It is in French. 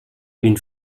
une